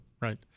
Right